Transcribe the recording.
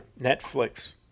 netflix